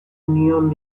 neon